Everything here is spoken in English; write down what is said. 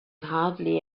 hardly